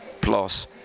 plus